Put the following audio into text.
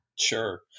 Sure